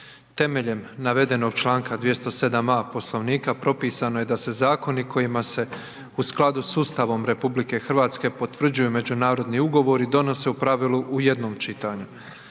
Temeljem navedenog članka 207. a Poslovnika propisano je da se zakoni kojima se u skladu sa ustavom RH potvrđuju međunarodni ugovori donose u pravilu u jednom čitanju.